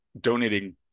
donating